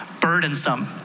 burdensome